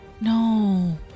No